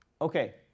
Okay